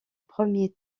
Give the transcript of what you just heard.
premier